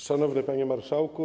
Szanowny Panie Marszałku!